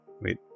Wait